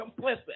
complicit